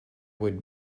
would